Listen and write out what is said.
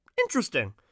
interesting